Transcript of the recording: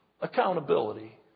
Accountability